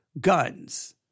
guns